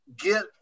get